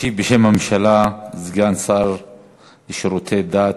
ישיב, בשם הממשלה, סגן השר לשירותי דת